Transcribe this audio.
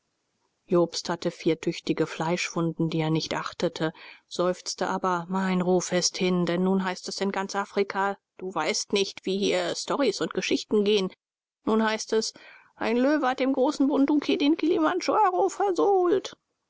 jobst hatte vier tüchtige fleischwunden die er nicht achtete seufzte aber mein ruf ist hin denn nun heißt es in ganz afrika du weißt nicht wie hier stories und geschichten gehen nun heißt es ein löwe hat dem großen bunduki den kilimandjaro versohlt